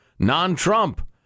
Non-Trump